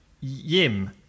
yim